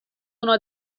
اونو